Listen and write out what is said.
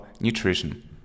nutrition